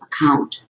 account